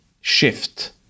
shift